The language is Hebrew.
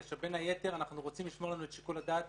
כאשר בין היתר אנחנו רוצים לשמור אצלנו את שיקול הדעת